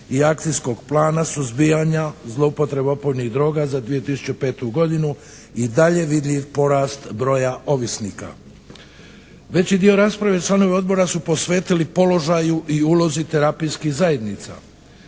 i akcijskog plana suzbijanja zloupotreba opojnih droga za 2005. godinu i dalje vidljiv porast broja ovisnika. Veći dio rasprave članovi Odbora su posvetili položaju i ulozi terapijskih zajednica.